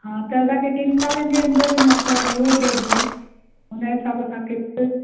हा त असांखे टिनि सालनि जे अंदर मतिलबु पूरो थिए जीअं हुन जे हिसाब सां किश्त